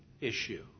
issue